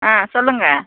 ஆ சொல்லுங்கள்